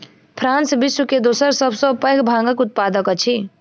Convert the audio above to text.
France विश्व के दोसर सभ सॅ पैघ भांगक उत्पादक अछि